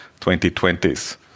2020s